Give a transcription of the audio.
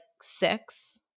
six